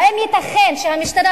האם ייתכן שהמשטרה,